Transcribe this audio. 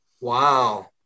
Wow